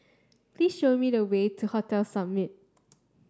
please show me the way to Hotel Summit